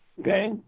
Okay